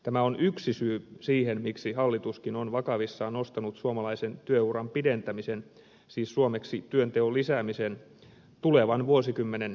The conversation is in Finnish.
tämä on yksi syy siihen miksi hallituskin on vakavissaan nostanut suomalaisen työuran pidentämisen siis suomeksi työnteon lisäämisen tulevan vuosikymmenen ykköstavoitteeksi